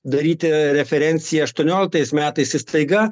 daryti referenciją aštuonioliktais metais jis staiga